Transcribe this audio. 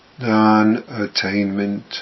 Non-attainment